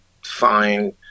fine